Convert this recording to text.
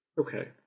Okay